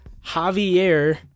javier